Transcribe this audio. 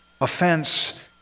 offense